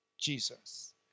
Jesus